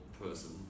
person